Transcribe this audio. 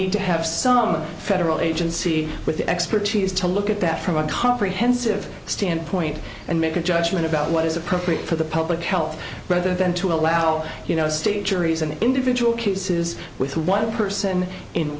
need to have some federal agency with the expertise to look at that from a comprehensive standpoint and make a judgment about what is appropriate for the public health rather than to allow you know state juries and individual cases with one person in